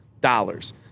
dollars